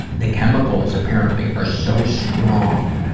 the chemicals, apparently, are so strong,